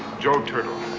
joe turtle.